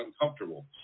uncomfortable